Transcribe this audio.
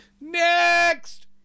next